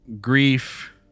grief